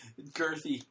Girthy